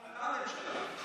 אתה הממשלה.